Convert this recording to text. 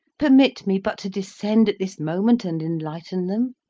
permit me but to descend at this moment and enlighten them.